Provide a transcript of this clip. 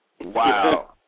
Wow